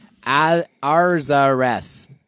Arzareth